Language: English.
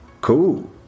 Cool